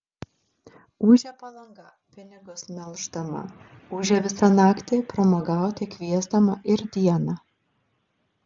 ūžia palanga pinigus melždama ūžia visą naktį pramogauti kviesdama ir dieną